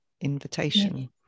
invitation